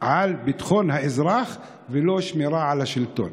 על ביטחון האזרח, ולא שמירה על השלטון.